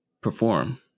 perform